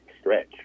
stretch